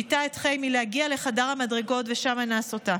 פיתה את חימי להגיע לחדר המדרגות, ושם אנס אותה